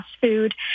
food